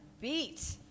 beat